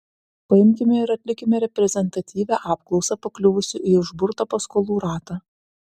paimkime ir atlikime reprezentatyvią apklausą pakliuvusių į užburtą paskolų ratą